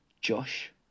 Josh